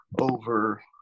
over